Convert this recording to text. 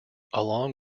along